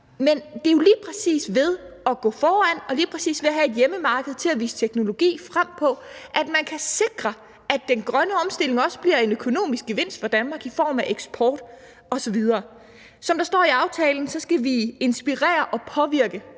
Men det er jo lige præcis ved at gå foran og lige præcis ved at have et hjemmemarked til at vise teknologi frem på, at man kan sikre, at den grønne omstilling også bliver en økonomisk gevinst for Danmark i form af eksport osv. Som der står i aftalen, skal vi inspirere og påvirke